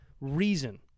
reason